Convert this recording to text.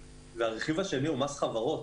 הרכיב השני הוא מס חברות.